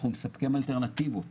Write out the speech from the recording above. אנחנו מספקים אלטרנטיבות